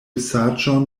saĝon